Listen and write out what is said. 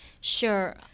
Sure